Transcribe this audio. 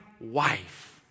wife